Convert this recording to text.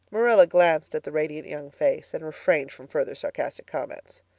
marilla glanced at the radiant young face and refrained from further sarcastic comments.